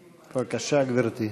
בבקשה, גברתי.